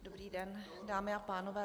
Dobrý den, dámy a pánové.